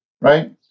right